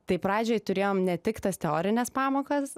tai pradžioj turėjom ne tik tas teorines pamokas